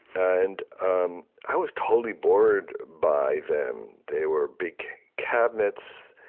and um i was totally bored by them. they were big cabinets.